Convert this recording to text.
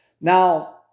Now